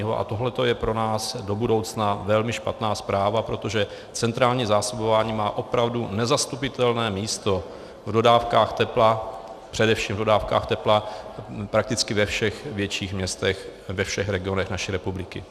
A tohle je pro nás do budoucna velmi špatná zpráva, protože centrální zásobování má opravdu nezastupitelné místo v dodávkách tepla, především v dodávkách tepla, prakticky ve všech větších městech, ve všech regionech naší republiky.